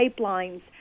pipelines